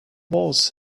wars